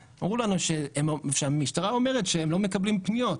אנחנו כמובן מדברים בינינו,